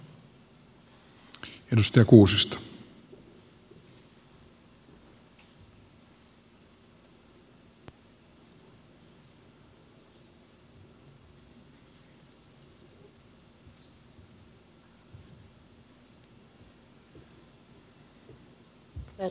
arvoisa puhemies